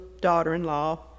daughter-in-law